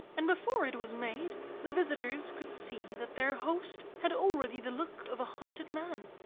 and before it was made the visitors could see that their host had already the look of a hunted man.